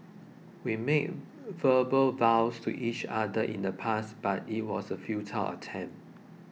we made verbal vows to each other in the past but it was a futile attempt